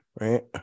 right